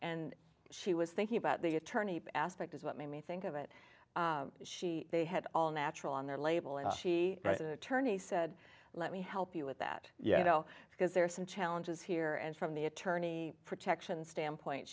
and she was thinking about the attorney aspect is what made me think of it she had all natural on their label and she turney said let me help you with that you know because there are some challenges here and from the attorney protection standpoint